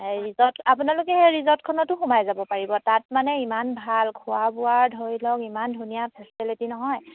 এই ৰিজৰ্ট আপোনালোকে সেই ৰিজৰ্টখনতো সোমাই যাব পাৰিব তাত মানে ইমান ভাল খোৱা বোৱাৰ ধৰি লওক ইমান ধুনীয়া ফেচেলিটি নহয়